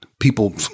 people